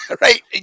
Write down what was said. Right